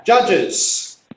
Judges